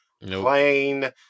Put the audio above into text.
plain